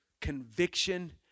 conviction